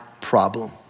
problem